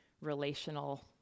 relational